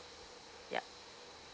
yup